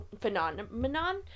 phenomenon